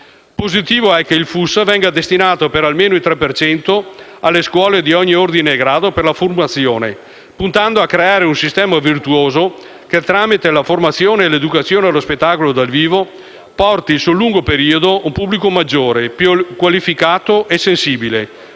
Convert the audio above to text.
Positivo è che il FUS venga destinato per almeno il 3 per cento alle scuole di ogni ordine e grado per la formazione, puntando a creare un sistema virtuoso che, tramite la formazione e l'educazione allo spettacolo dal vivo, porti sul lungo periodo un pubblico maggiore, più qualificato e sensibile;